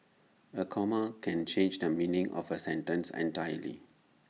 A comma can change the meaning of A sentence entirely